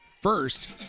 first